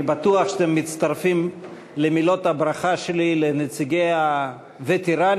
אני בטוח שאתם מצטרפים למילות הברכה שלי לנציגי הווטרנים,